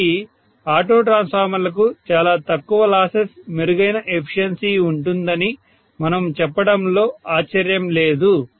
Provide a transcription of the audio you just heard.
కాబట్టి ఆటో ట్రాన్స్ఫార్మర్లకు చాలా తక్కువ లాసెస్ మెరుగైన ఎఫిషియన్సీ ఉంటుందని మనము చెప్పడంలో ఆశ్చర్యం లేదు